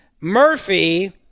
Murphy